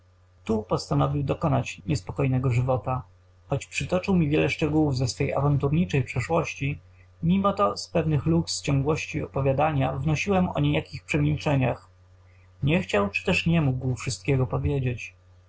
tu postanowił dokonać niespokojnego żywota chociaż przytoczył mi wiele szczegółów z swej awanturniczej przeszłości mimo to z pewnych luk w ciągłości opowiadania wnosiłem o niejakich przemilczeniach nie chciał czy nie mógł wszystkiego powiedzieć